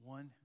One